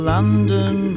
London